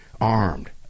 armed